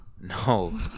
No